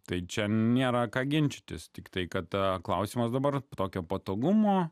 tai čia nėra ką ginčytis tiktai kada klausimas dabar tokio patogumo